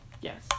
Yes